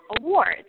awards